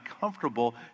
comfortable